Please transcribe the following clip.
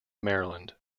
maryland